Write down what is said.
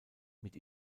mit